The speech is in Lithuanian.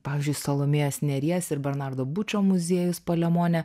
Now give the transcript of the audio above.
pavyzdžiui salomėjos nėries ir bernardo bučo muziejus palemone